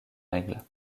règles